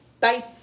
Bye